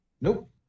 nope